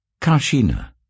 Kashina